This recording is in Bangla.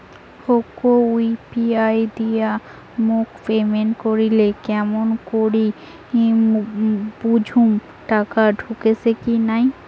কাহো ইউ.পি.আই দিয়া মোক পেমেন্ট করিলে কেমন করি বুঝিম টাকা ঢুকিসে কি নাই?